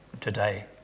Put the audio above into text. today